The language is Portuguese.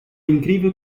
incrível